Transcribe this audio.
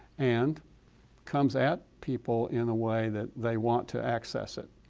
and comes at people in a way that they want to access it.